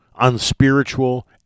unspiritual